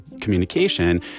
communication